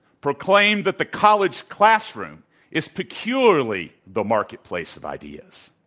proclaimed that the college classroom is peculiarly the marketplace of ideas.